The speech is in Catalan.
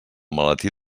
maletí